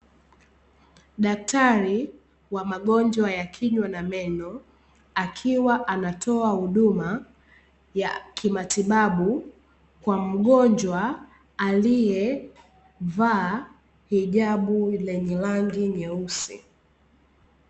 Daktari wa magojwa ya kinywa na meno, akiwa anatoa huduma ya kimatibabu kwa mgojywa aliyevaa hijabu lenye rangi nyeusi.